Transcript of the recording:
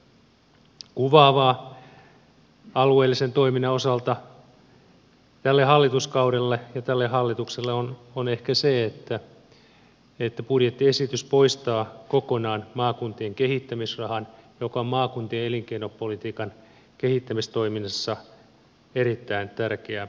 kuvaavaa alueellisen toiminnan osalta tälle hallituskaudelle ja tälle hallitukselle on ehkä se että budjettiesitys poistaa kokonaan maakuntien kehittämisrahan joka on maakuntien elinkeinopolitiikan kehittämistoiminnassa erittäin tärkeä vipuraha